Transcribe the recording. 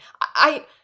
I-